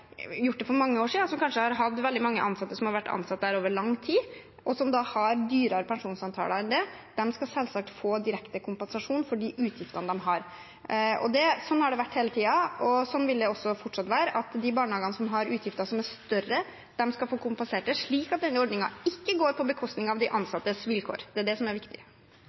gjort det for mange år siden, som kanskje har hatt veldig mange ansatte som har vært ansatt over lang tid, og som har dyrere pensjonsavtaler enn det, selvsagt skal få direkte kompensasjon for de utgiftene de har. Slik har det vært hele tiden, og slik vil det fortsatt være. De barnehagene som har utgifter som er større, skal få kompensert det, slik at denne ordningen ikke går på bekostning av ansattes vilkår. Det er det som er viktig.